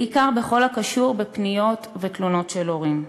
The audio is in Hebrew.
בעיקר בכל הקשור בפניות ובתלונות של הורים.